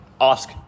ask